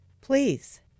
Please